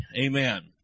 Amen